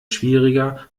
schwieriger